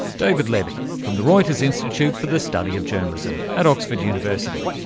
david levy from the reuters institute for the study of journalism at oxford university.